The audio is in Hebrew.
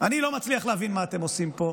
אני לא מצליח להבין מה אתם עושים פה.